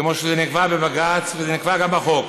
כמו שזה נקבע בבג"ץ ונקבע גם בחוק.